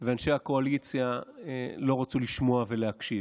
ואנשי הקואליציה לא רצו לשמוע ולהקשיב,